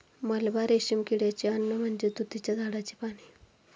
मलबा रेशीम किड्याचे अन्न म्हणजे तुतीच्या झाडाची पाने